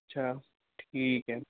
अच्छा ठीक है